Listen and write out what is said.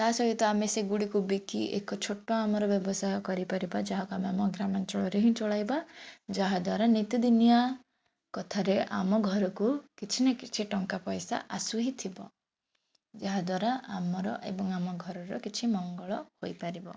ତା ସହିତ ଆମେ ସେଗୁଡ଼ିକ ବିକି ଏକ ଛୋଟ ଆମର ବ୍ୟବସାୟ କରିପାରିବା ଯାହାକୁ ଆମ ଗ୍ରାମାଞ୍ଚଳରେ ହିଁ ଚଳାଇବା ଯାହାଦ୍ୱାରା ନିତିଦିନିଆ କଥାରେ ଆମ ଘରକୁ କିଛି ନା କିଛି ଟଙ୍କା ପଇସା ଆସୁ ହିଁ ଥିବ ଯାହାଦ୍ୱାରା ଆମର ଏବଂ ଆମ ଘରର କିଛି ମଙ୍ଗଳ ହୋଇପାରିବ